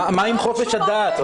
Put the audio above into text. מה עם חופש הדת?